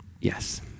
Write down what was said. yes